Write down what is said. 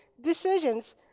decisions